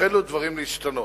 החלו דברים להשתנות.